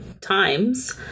Times